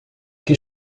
que